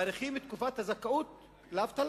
מאריכים את תקופת הזכאות לאבטלה.